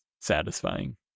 satisfying